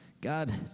God